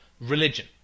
religion